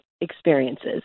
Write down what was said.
experiences